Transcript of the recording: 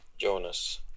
Jonas